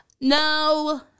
No